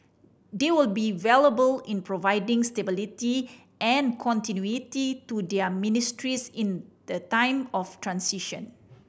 they will be valuable in providing stability and continuity to their ministries in the time of transition